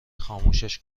خاموشش